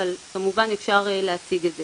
אבל כמובן אפשר להציג את זה.